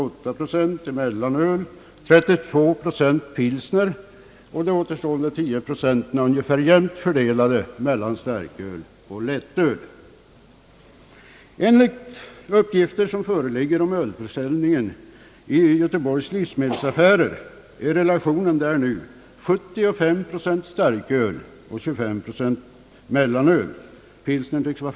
Återstående 10 procent fördelar sig ungefär lika på starköl och lättöl. Enligt uppgifter om ölförsäljningen i Göteborgs livsmedelsaffärer är relationen där nu 75 procent starköl och 25 procent mellanöl.